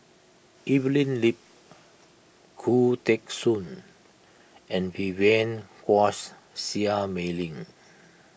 Evelyn Lip Khoo Teng Soon and Vivien Quahe Seah Mei Lin